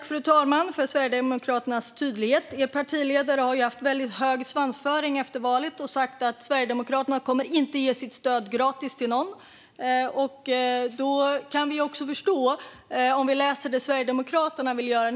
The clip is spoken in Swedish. Fru talman! Tack för Sverigedemokraternas tydlighet! Er partiledare har ju haft väldigt hög svansföring efter valet och sagt att Sverigedemokraterna inte kommer att ge sitt stöd gratis till någon. Då kan vi läsa det Sverigedemokraterna vill göra.